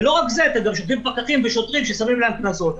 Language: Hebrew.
וגם שוטרים פקחים ושוטרים ששמים להם קנסות.